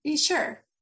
sure